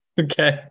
Okay